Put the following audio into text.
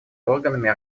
органами